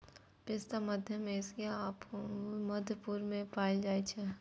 पिस्ता मध्य एशिया आ मध्य पूर्व मे पाएल जाइ छै